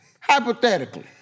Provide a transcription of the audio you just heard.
Hypothetically